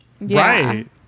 right